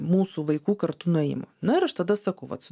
mūsų vaikų kartu nuėjimo na ir aš tada sakau vat su